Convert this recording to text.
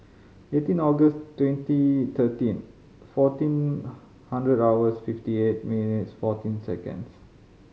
eighteen August twenty thirteen fourteen hundred hours fifty eight minutes fourteen seconds